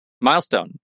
Milestone